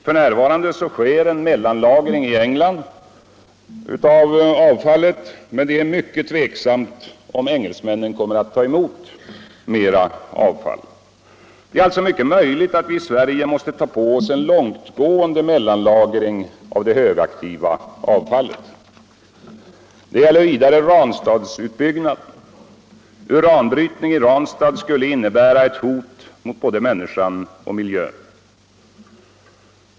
F. n. sker en mellanlagring i England av avfallet, men det är mycket ovisst om engelsmännen kommer att ta emot mer avfall. Det är alltså mycket möjligt att vi i Sverige måste ta på oss en långtgående mellanlagring av det högaktiva avfallet. Det gäller vidare Ranstadsutbyggnaden. Uranbrytning i Ranstad skulle innebära ett hot mot både människan och miljön.